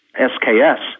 SKS